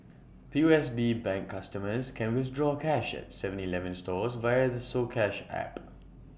P O S B bank customers can withdraw cash at Seven Eleven stores via the soCash app